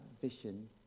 vision